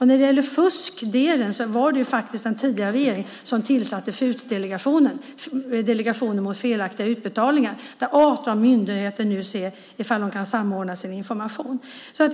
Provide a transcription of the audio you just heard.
När det gäller fuskdelen var det faktiskt den tidigare regeringen som tillsatte FUT-delegationen, Delegationen mot felaktiga utbetalningar, där 18 myndigheter nu ser om de kan samordna sin information.